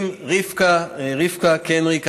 עם רבקה קנריק,